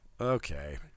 okay